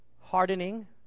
Hardening